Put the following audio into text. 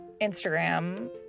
Instagram